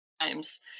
times